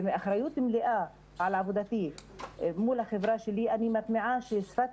ובאחריות מלאה על עבודתי מול החברה שלי אני מטמיעה ששפת